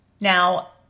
Now